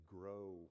grow